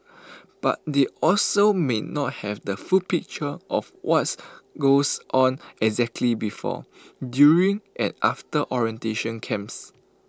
but they also may not have the full picture of was goes on exactly before during and after orientation camps